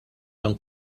dan